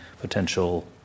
potential